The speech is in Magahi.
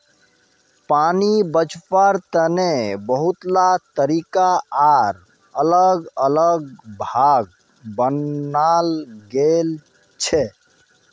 पानी बचवार तने बहुतला तरीका आर अलग अलग भाग बनाल गेल छे